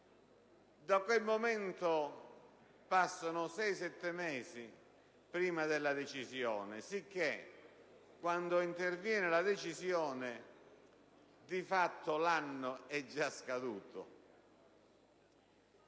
Da quel momento passano circa sei-sette mesi prima della decisione, sicché, quando interviene la decisione, di fatto l'anno è già scaduto.